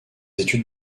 études